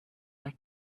like